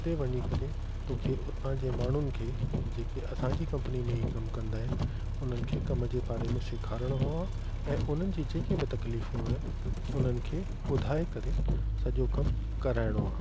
हुते वञी करे तोखे हुतां जे माण्हुनि खे जेके असांजी कंपनी में ई कमु कंदा आहिनि उन्हनि खे कम जे बारे में सेखारिणो आहे ऐं उन्हनि जी जेकि बि तकलीफूं आहिनि उन्हनि खे ॿुधाए करे सॼो कमु कराइणो आहे